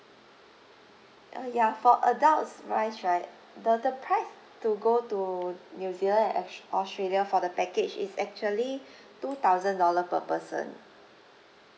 uh ya for adults wise right the the price to go to new zealand and aus~ australia for the package is actually two thousand dollar per person